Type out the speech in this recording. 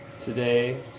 today